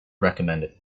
recommended